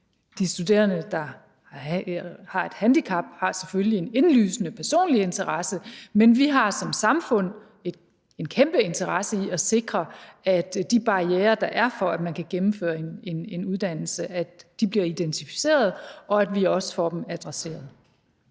De studerende, der har et handicap, har selvfølgelig en indlysende personlig interesse, men vi har som samfund en kæmpe interesse i at sikre, at de barrierer, der er for, at man kan gennemføre en uddannelse, bliver identificeret, og at vi også får dem adresseret.